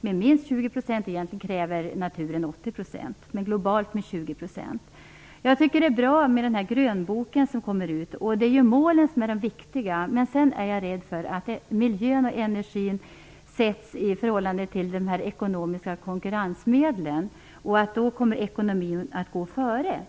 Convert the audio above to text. med minst 20 %. Naturen kräver egentligen 80 %. Beslutet blev dock en sänkning globalt med 20 %. Jag tycker att det är bra att det skall komma en grönbok. Det är målen som är viktiga. Men jag är rädd för att miljön och energin, när de sätts i förhållande till ekonomin, inte kommer att gå före.